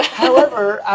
however,